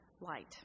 light